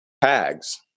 tags